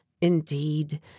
Indeed